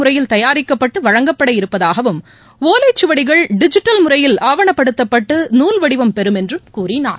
முறையில் தயாரிக்கப்பட்டு வழங்கப்பட இருப்பதாகவும் ஒலைச்சுவடிகள் டிஜிட்டல் முறையில் ஆவணப்படுத்தப்பட்டு நூல் வடிவம் பெறும் என்றும் கூறினார்